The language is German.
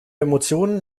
emotionen